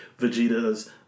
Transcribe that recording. Vegeta's